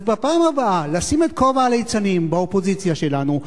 אז בפעם הבאה לשים את כובע הליצנים באופוזיציה שלנו,